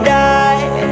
die